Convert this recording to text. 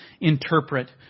interpret